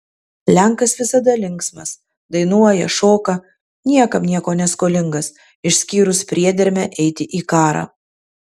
lenkas visada linksmas dainuoja šoka niekam nieko neskolingas išskyrus priedermę eiti į karą